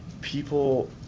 people